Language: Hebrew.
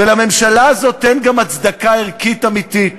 ולממשלה הזאת גם אין הצדקה ערכית אמיתית,